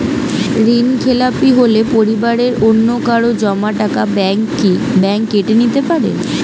ঋণখেলাপি হলে পরিবারের অন্যকারো জমা টাকা ব্যাঙ্ক কি ব্যাঙ্ক কেটে নিতে পারে?